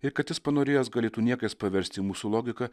ir kad jis panorėjęs galėtų niekais paversti į mūsų logiką